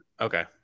okay